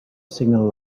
signal